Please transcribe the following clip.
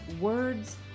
words